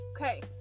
Okay